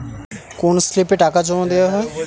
কোন স্লিপে টাকা জমাদেওয়া হয়?